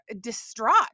distraught